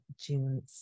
June